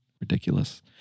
ridiculous